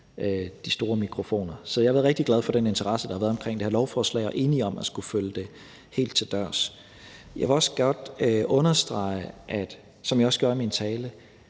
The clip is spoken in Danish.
de store mikrofoner. Så jeg har været rigtig glad for den interesse, der har været for det her lovforslag, og jeg er enig i, at vi skal følge det helt til dørs. Jeg vil også godt understrege, sådan som jeg også gjorde i min tale,